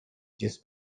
just